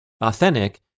authentic